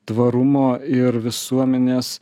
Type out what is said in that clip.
tvarumo ir visuomenės